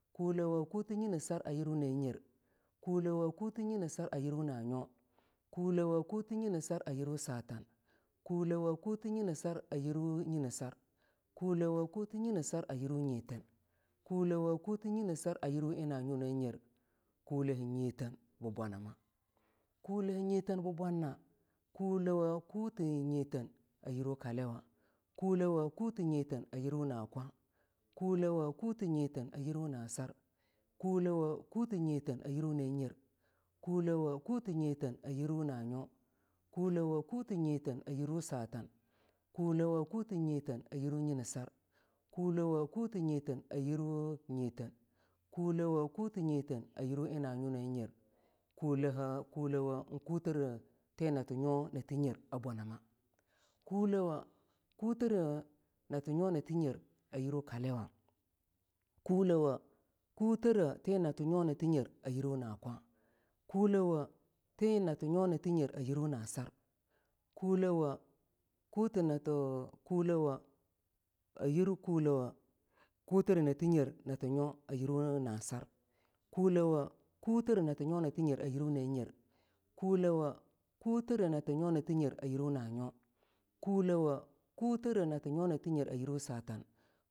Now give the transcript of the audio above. kulewoh kuti nyinesar a yiwa nayer kulewoh kuti nyinesar a yirwu no nyo kulewoh kuti nyinesar a yirwu satan kulewoh kuti nyinesar a yirwu nyina sarkulewa kuti nyinasar a yirwu nyitten kuewo kuti nyinasar a yirwu kulewo kuti nyinasar a yirwu na nyo na nyer kulete nyitten bi bwanama kule he nyiten bi bwanma kulewo kute nyitten yirwu kaliwa kulewo kute nyitten yirwu na kwa kulawa kuteh nyitten yirwu na sar kulewo kuteh nyiteen yirwu na nyer kulawo kuteh nyitten yirwu na nyo kulewo kuteh nyiteen yirwu satan kulewo kuteh nyitten yirwu nyinesar kulawo kuteh nyitten yirwu nyiteen kulawo kuteh nyiteen yirwu nyiteen kulawo kuteh nyitten yirwu nanyo nanyer kulawo kutere na nyo na nyer bi bwanama kulewo kutere na nyo nyer a yirwu kulewo kutere na nyo na nyer yirwu na kwa kulewo kutere na nyo na nyer yirwa na kwa kolewo kutere na nyo na nyer ayirwo na sar kulewo kutinati re na nyo nanyer a yirwu na nyer kulewo kutere na nyo na nyer a yirwo na nyo kulawo kutere na yirwo na nyo kulawo kutere na nyo na nyer a yirwo satan